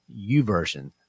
uversion